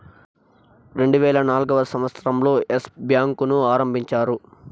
రెండువేల నాల్గవ సంవచ్చరం లో ఎస్ బ్యాంకు ను ఆరంభించారు